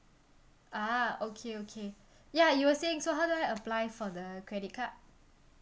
ah okay okay ya you were saying so how do I apply for the credit card